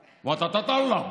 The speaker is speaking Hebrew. סַ-תטלב.